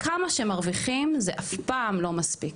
כמה שמרוויחים, זה אף פעם לא מספיק.